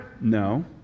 No